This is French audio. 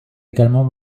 également